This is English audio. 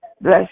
bless